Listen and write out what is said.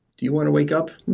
do you want to wake up?